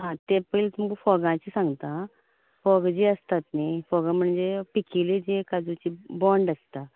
आं तें पयली तुमकां फोगाचें सांगतां आं फोगां जीं आसतात न्ही फोगां म्हणजे पिकिल्लीं तीं काजूची बोंड आसतात